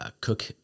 cook